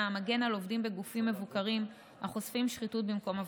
המגן על עובדים בגופים מבוקרים החושפים שחיתות במקום עבודתם.